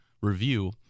review